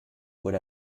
would